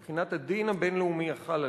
מבחינת הדין הבין-לאומי החל עליהם,